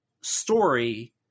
story